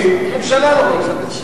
הממשלה לא רוצה הסכם.